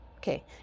Okay